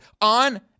on